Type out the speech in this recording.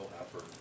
effort